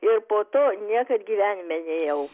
ir po to niekad gyvenime nėjau